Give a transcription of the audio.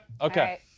okay